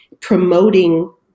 promoting